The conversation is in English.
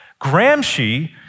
Gramsci